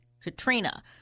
Katrina